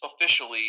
officially